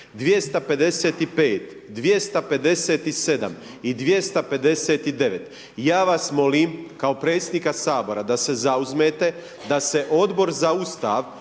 255, 257 i 259. Ja vas molim kao predsjednika Sabora da se zauzmete da se Odbor za Ustav